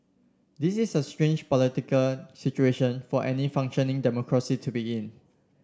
this is a strange political situation for any functioning democracy to be in